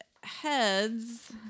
heads